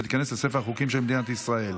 ותיכנס לספר החוקים של מדינת ישראל.